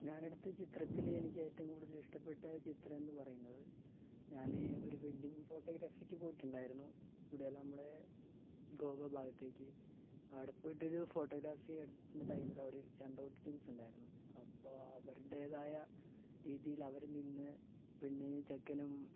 ഞാൻ എടുത്ത ചിത്രത്തിൽ എനിക്ക് ഏറ്റോം കൂടുതൽ ഇഷ്ടപ്പെട്ട ചിത്രം എന്ന് പറയുന്നത് ഞാൻ ഒരു വെഡ്ഡിങ് ഫോട്ടോഗ്രഫിക്ക് പോയിട്ടുണ്ടായിരുന്നു ഇവിടെയല്ല നമ്മുടെ ഗോവ ഭാഗത്തേക്ക് അവടെപ്പോയിട്ട് ഒരു ഫോട്ടോഗ്രാഫി എടുക്കുന്ന ടൈമിലവിടൊരു ചെണ്ടകൊട്ട് ടീംസ്സൊണ്ടായിരുന്നു അപ്പോൾ അവരുടെതായ രീതിയിൽ അവർ നിന്ന് പെണ്ണിന് ചെക്കനും